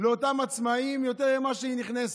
לאותם עצמאים, יותר ממה שהיא מכניסה.